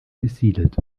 besiedelt